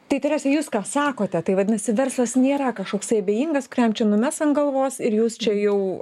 tai terese jūs ką sakote tai vadinasi verslas nėra kažkoksai abejingas kuriam čia numes ant galvos ir jūs čia jau